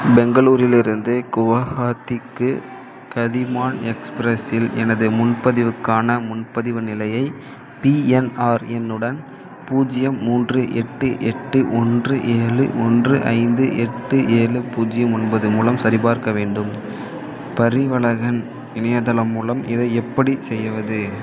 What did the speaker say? பெங்களூரிலிருந்து குவஹாத்திக்கு கதிமான் எக்ஸ்பிரஸ் இல் எனது முன்பதிவுக்கான முன்பதிவு நிலையை பி என் ஆர் எண்ணுடன் பூஜ்ஜியம் மூன்று எட்டு எட்டு ஒன்று ஏழு ஒன்று ஐந்து எட்டு ஏழு பூஜ்ஜியம் ஒன்பது மூலம் சரிபார்க்க வேண்டும் பரிவலகன் இணையதளம் மூலம் இதை எப்படி செய்வது